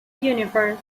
universe